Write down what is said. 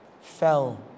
fell